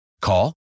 Call